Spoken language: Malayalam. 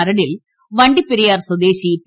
മരടിൽ വണ്ടിപ്പെരിയാർ സ്വദേശി പി